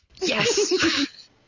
Yes